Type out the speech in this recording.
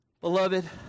Beloved